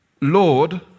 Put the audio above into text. Lord